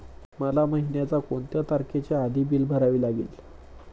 मला महिन्याचा कोणत्या तारखेच्या आधी बिल भरावे लागेल?